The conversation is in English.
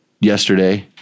yesterday